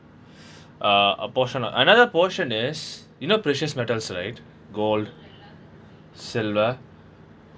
uh a portion or another portion is you know precious metals right gold silver